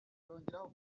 yongeraho